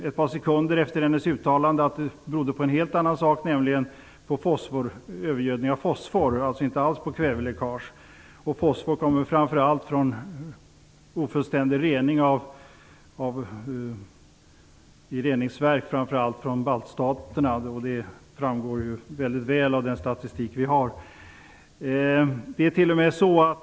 Ett par sekunder efter hennes uttalande visade det sig att det berodde på någonting helt annat, nämligen på övergödningen av fosfor. Det berodde alltså inte alls på något kväveläckage. Fosfor kommer framför allt från ofullständigt renade reningsverk, huvudsakligen i baltstaterna. Det framgår mycket väl av den statistik som vi har.